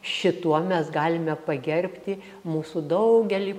šituo mes galime pagerbti mūsų daugelį